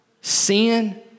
Sin